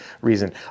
reason